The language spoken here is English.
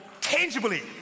tangibly